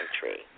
country